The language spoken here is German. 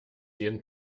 jeden